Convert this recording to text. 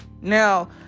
Now